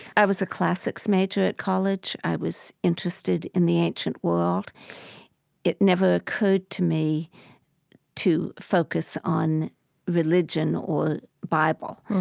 i was a classics major at college i was interested in the ancient world it never occurred to me to focus on religion or the bible.